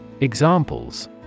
Examples